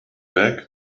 bags